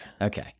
Okay